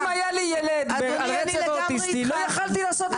אם היה לי ילד על הרצף האוטיסטי לא יכולתי לעשות את זה.